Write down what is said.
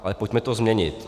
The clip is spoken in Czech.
Ale pojďme to změnit.